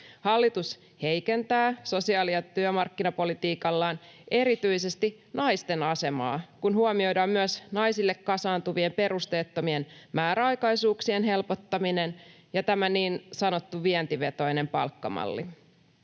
Hallitus heikentää sosiaali- ja työmarkkinapolitiikallaan erityisesti naisten asemaa, kun huomioidaan myös naisille kasaantuvien perusteettomien määräaikaisuuksien helpottaminen ja niin sanottu vientivetoinen palkkamalli.